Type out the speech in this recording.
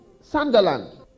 Sunderland